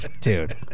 Dude